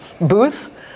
booth